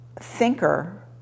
thinker